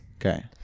Okay